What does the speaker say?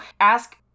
ask